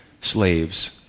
slaves